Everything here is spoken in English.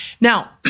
Now